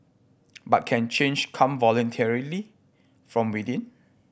but can change come voluntarily from within